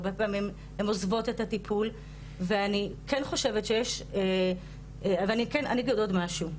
הרבה פעמים הן עוזבות את הטיפול ואני אגיד עוד משהו,